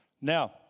Now